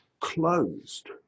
closed